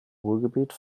ruhrgebiet